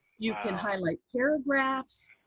you can highlight paragraphs,